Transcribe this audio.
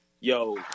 yo